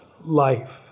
life